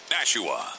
Nashua